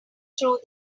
through